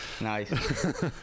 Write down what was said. Nice